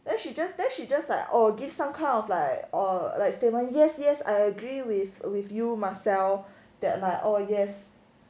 then she just then she just like oh give some kind of like or like statement yes yes I agree with with you marcel that like oh yes